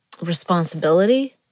responsibility